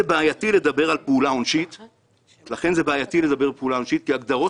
זה בעייתי לדבר על פעולה עונשית כי הגדרות